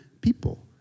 people